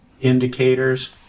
indicators